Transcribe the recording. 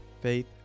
faith